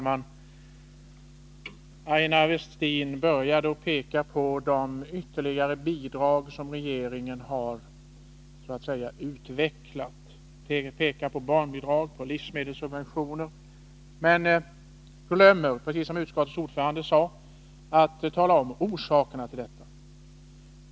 Herr talman! Aina Westin började med att peka på de ytterligare bidrag som regeringen har ”utvecklat”. Hon pekar på barnbidrag och livsmedelssubventioner men glömmer, precis som utskottets ordförande sade, att tala om orsakerna till detta.